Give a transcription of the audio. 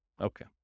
Okay